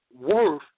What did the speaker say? worth